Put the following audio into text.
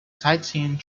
sightseeing